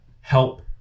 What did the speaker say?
help